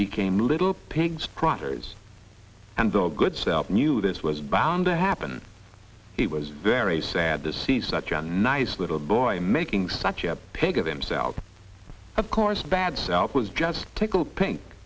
became little pigs proverbs and the good self knew this was bound to happen he was very sad to see such a nice little boy making such a pig of themselves of course bad self was just tickled pink